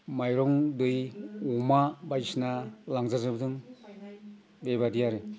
माइरं गैयि अमा बायदिसिना लांजाजोबदों बेबादि आरो